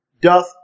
doth